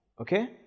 Okay